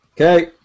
Okay